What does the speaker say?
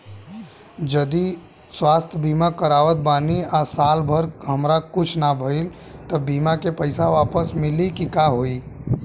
जदि स्वास्थ्य बीमा करावत बानी आ साल भर हमरा कुछ ना भइल त बीमा के पईसा वापस मिली की का होई?